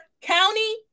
county